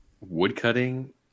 woodcutting